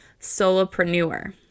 solopreneur